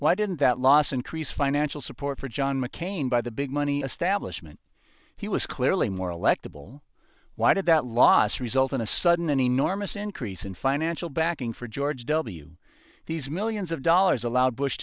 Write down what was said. why didn't that last increase financial support for john mccain by the big money establishment he was clearly more electable why did that loss result in a sudden an enormous increase in financial backing for george w these millions of dollars allowed bush